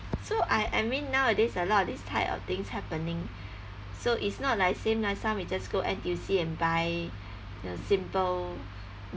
so I I mean nowadays a lot of this type of things happening so it's not like same like some we just go N_T_U_C and buy you know simple